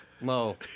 Mo